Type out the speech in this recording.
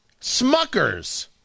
Smuckers